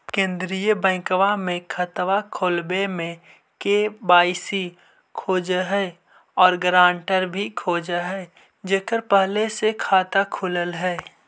केंद्रीय बैंकवा मे खतवा खोलावे मे के.वाई.सी खोज है और ग्रांटर भी खोज है जेकर पहले से खाता खुलल है?